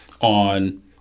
on